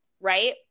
Right